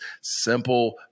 simple